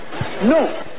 no